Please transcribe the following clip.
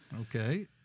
Okay